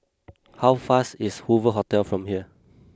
how fast is Hoover Hotel from here